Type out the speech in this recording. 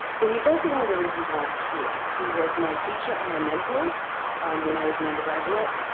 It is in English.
but he's also one of the reasons why i'm here. he was my teacher and my mentor when i was an undergraduate